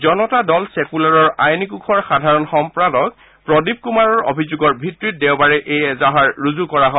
জনতা দল চেকুলাৰৰ আইনী কোষৰ সাধাৰণ সম্পাদক প্ৰদীপ কুমাৰৰ অভিযোগৰ ভিত্তিত দেওবাৰে এই এজাহাৰ ৰুজু কৰা হয়